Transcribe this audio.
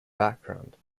background